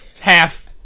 half